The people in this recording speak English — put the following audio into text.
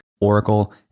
Oracle